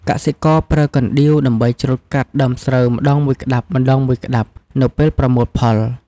កសិករប្រើកណ្ដៀវដើម្បីច្រូតកាត់ដើមស្រូវម្តងមួយក្តាប់ៗនៅពេលប្រមូលផល។